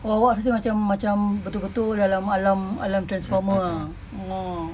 !wah! awak rasa macam macam betul-betul dalam alam transformer ah !wah!